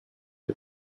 the